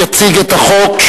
יציג את החוק,